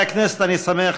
שמספרן 7902,